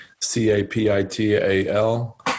C-A-P-I-T-A-L